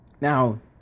Now